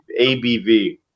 ABV